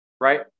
Right